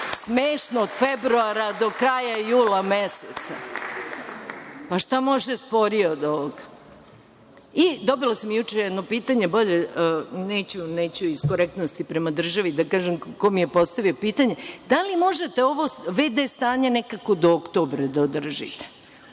smešno od februara do kraja jula meseca. Pa, šta može sporije od ovoga? Dobila sam juče jedno pitanje, neću iz korektnosti prema državi da kažem ko mi je postavio pitanje, da li možete ovo v.d. stanje nekako do oktobra da održite?